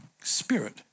spirit